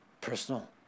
personal